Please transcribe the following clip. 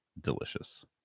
delicious